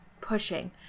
pushing